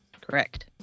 Correct